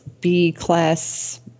B-class